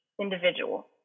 individual